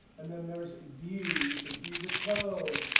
and then there's view. you can view the code,